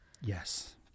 Yes